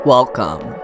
Welcome